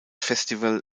festival